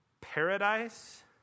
paradise